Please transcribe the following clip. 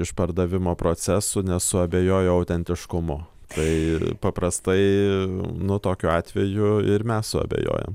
iš pardavimo procesų nes suabejojo autentiškumu tai paprastai nu tokiu atveju ir mes suabejojam